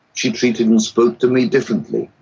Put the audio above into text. she treated and spoke to me differently.